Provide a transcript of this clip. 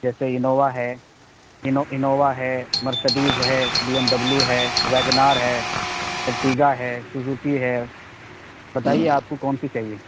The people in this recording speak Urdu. جیسے انووا ہے انووا ہے مرسڈیز ہے بی ایم ڈبلو ہے ویگن آر ہے ارٹیگا ہے سوزوکی ہے بتائیے آپ کو کون سی چاہیے